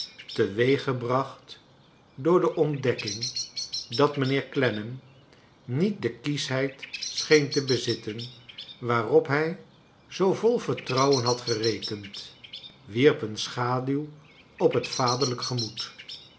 teweeggebracht door de ontdekking dat mijnheer clennam niet de kieschheid scheen te bezitten waarop hij zoo vol vertrouwen had gerekend wierp een schaduw op het vaderlijk gemoed